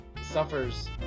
suffers